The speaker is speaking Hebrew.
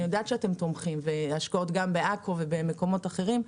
אני יודעת שאתם תומכים ויש השקעות בעכו ובמקומות אחרים,